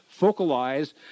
focalize